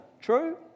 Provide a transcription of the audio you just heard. True